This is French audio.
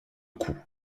coup